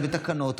זה בתקנות.